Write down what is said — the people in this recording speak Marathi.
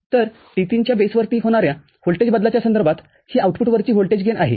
तर T3च्या बेसवरती होणाऱ्या व्होल्टेज बदलाच्या संदर्भात ही आउटपुट वरची व्होल्टेज गेनआहे